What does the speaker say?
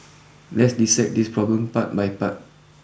lets dissect this problem part by part